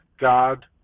God